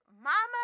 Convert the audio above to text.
Mama